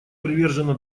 привержено